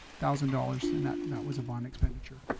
thousand dollars and that that was a bond expenditure